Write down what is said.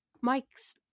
Mike's